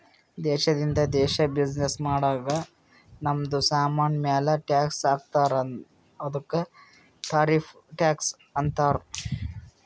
ದೇಶದಿಂದ ದೇಶ್ ಬಿಸಿನ್ನೆಸ್ ಮಾಡಾಗ್ ನಮ್ದು ಸಾಮಾನ್ ಮ್ಯಾಲ ಟ್ಯಾಕ್ಸ್ ಹಾಕ್ತಾರ್ ಅದ್ದುಕ ಟಾರಿಫ್ ಟ್ಯಾಕ್ಸ್ ಅಂತಾರ್